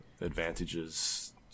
advantages